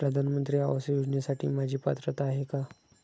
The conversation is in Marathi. प्रधानमंत्री आवास योजनेसाठी माझी पात्रता आहे का?